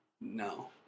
No